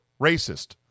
racist